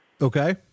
Okay